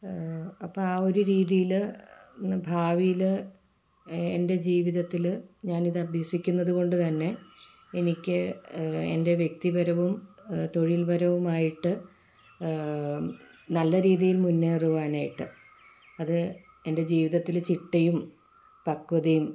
അപ്പം ആ ഒരു രീതിയിൽ ഭാവിയിൽ എൻ്റെ ജീവിതത്തിൽ ഞാനിത് അഭ്യസിക്കുന്നതുകൊണ്ട് തന്നെ എനിക്ക് എൻ്റെ വ്യക്തിപരവും തൊഴിൽപരവുമായിട്ട് നല്ല രീതിയിൽ മുന്നേറുവാനായിട്ട് അത് എൻ്റെ ജീവിതത്തിൽ ചിട്ടയും പക്വതയും